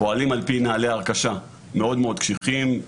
פועלים על פי נוהלי הרכשה מאוד מאוד קשיחים.